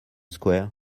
square